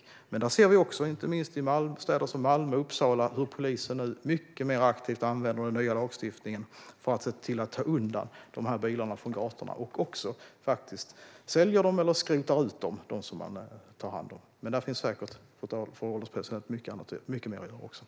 Men också där ser vi, inte minst i städer som Malmö och Uppsala, att polisen mycket mer aktivt använder den nya lagstiftningen för att ta bort dessa bilar från gatorna och faktiskt också sälja eller skrota dem man tar hand om. Men också där finns det säkert mycket mer att göra, fru ålderspresident.